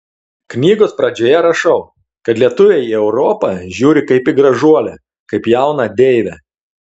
knygos pradžioje rašau kad lietuviai į europą žiūri kaip į gražuolę kaip jauną deivę